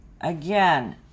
again